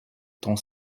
ton